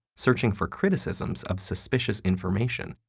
searching for criticisms of suspicious information,